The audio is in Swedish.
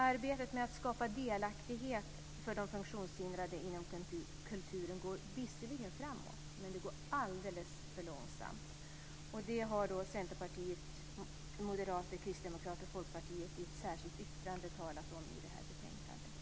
Arbetet med att skapa delaktighet för de funktionshindrade inom kulturen går visserligen framåt, men arbetet går alldeles för långsamt. Detta har Centerpartiet, Moderaterna, Kristdemokraterna och Folkpartiet tagit upp i ett särskilt yttrande till betänkandet.